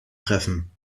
treffen